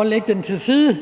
at lægge den til side.